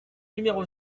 numéro